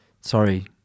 Sorry